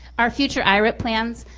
our future irip plans,